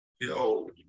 Yo